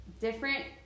Different